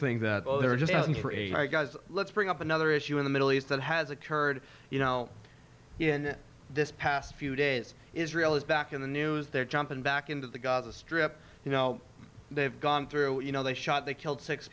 looking for a hard guys let's bring up another issue in the middle east that has occurred you know in this past few days israel is back in the news they're jumping back into the gaza strip you know they've gone through you know they shot they killed six